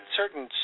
certain